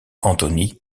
anthony